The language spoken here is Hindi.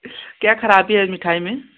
क्या ख़राबी है इस मिठाई में